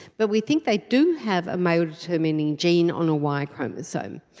but we think they do have a male determining gene on a y chromosome.